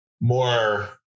more